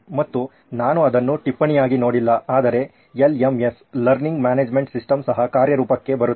ಮತ್ತು ನಾನು ಅದನ್ನು ಟಿಪ್ಪಣಿಯಾಗಿ ನೋಡಿಲ್ಲ ಆದರೆ LMS ಲರ್ನಿಂಗ್ ಮ್ಯಾನೇಜ್ಮೆಂಟ್ ಸಿಸ್ಟಮ್ ಸಹ ಕಾರ್ಯರೂಪಕ್ಕೆ ಬರುತ್ತಿದೆ